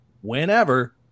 whenever